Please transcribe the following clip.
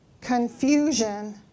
confusion